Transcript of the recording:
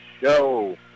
show